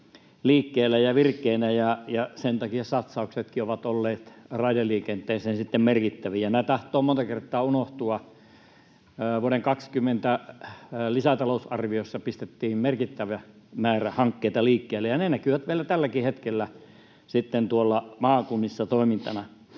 liikkeellä ja virkeänä, ja sen takia satsaukset raideliikenteeseen ovat sitten olleet merkittäviä. Nämä tahtovat monta kertaa unohtua. Vuoden 20 lisätalousarviossa pistettiin merkittävä määrä hankkeita liikkeelle, ja ne näkyvät vielä tälläkin hetkellä tuolla maakunnissa toimintana.